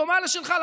היא דומה לשלך.